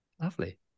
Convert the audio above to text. Lovely